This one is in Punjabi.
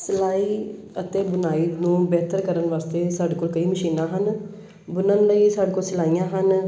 ਸਿਲਾਈ ਅਤੇ ਬੁਣਾਈ ਨੂੰ ਬਿਹਤਰ ਕਰਨ ਵਾਸਤੇ ਸਾਡੇ ਕੋਲ ਕਈ ਮਸ਼ੀਨਾਂ ਹਨ ਬੁਣਨ ਲਈ ਸਾਡੇ ਕੋਲ ਸਿਲਾਈਆਂ ਹਨ